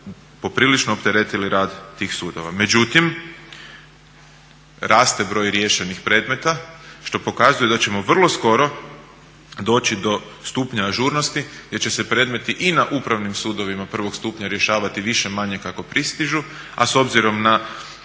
poprilično opteretili rad tih sudova. Međutim raste broj riješenih predmeta što pokazuje da ćemo vrlo skoro doći do stupnja ažurnosti gdje će se predmeti i na upravnim sudovima prvog stupnja rješavati više-manje kako pristižu, a s obzirom na